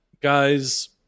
guys